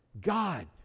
God